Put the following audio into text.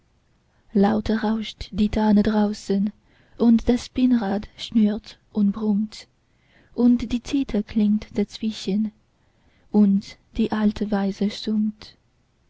lauter rauscht die tanne draußen und das spinnrad schnurrt und brummt und die zither klingt dazwischen und die alte weise summt